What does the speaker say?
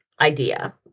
idea